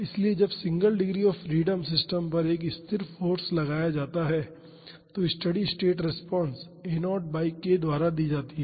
इसलिए जब single degree of freedom system पर एक स्थिर फाॅर्स लगाया जाता है तो steady state response a0 by k द्वारा दी जाती है